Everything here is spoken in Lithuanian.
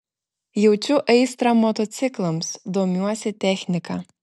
jaučiu aistrą motociklams domiuosi technika